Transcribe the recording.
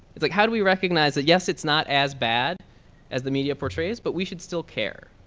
it's like, how do we recognize it? yes, it's not as bad as the media portrays, but we should still care.